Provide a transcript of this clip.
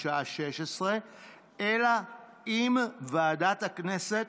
בשעה 16:00, אלא אם כן ועדת הכנסת